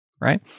right